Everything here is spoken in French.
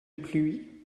pluie